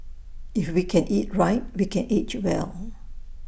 if we can eat right we can age well